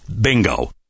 Bingo